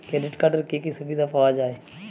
Credit কার্ডের কি কি সুবিধা পাওয়া যায়?